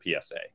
PSA